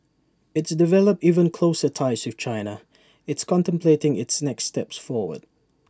it's developed even closer ties with China it's contemplating its next steps forward